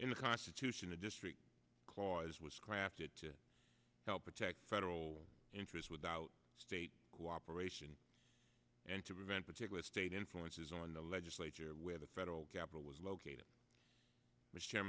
in the constitution the district clause was crafted to help protect federal interest without state cooperation and to prevent particular state influences on the legislature where the federal capital was located